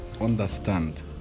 understand